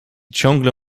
ciągle